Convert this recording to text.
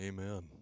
Amen